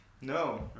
No